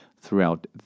throughout